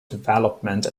development